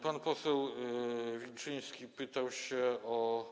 Pan poseł Wilczyński pytał o.